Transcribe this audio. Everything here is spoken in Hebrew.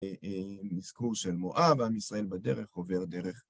מסגור של מואב, עם ישראל בדרך, עובר דרך.